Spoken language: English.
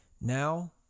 Now